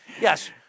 Yes